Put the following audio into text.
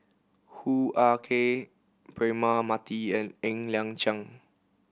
Hoo Ah Kay Braema Mathi and Ng Liang Chiang